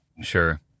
sure